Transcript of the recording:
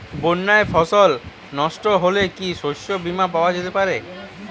বন্যায় ফসল নস্ট হলে কি শস্য বীমা পাওয়া যেতে পারে?